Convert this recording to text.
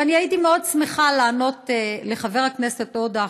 אני הייתי מאוד שמחה לענות לחבר הכנסת עודה,